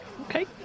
Okay